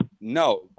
No